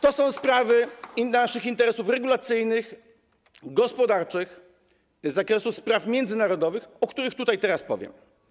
To są sprawy i naszych interesów regulacyjnych, gospodarczych, z zakresu spraw międzynarodowych, o których tutaj teraz powiem.